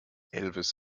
elvis